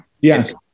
yes